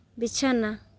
ᱵᱤᱪᱷᱱᱟᱹ